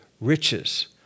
riches